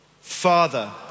Father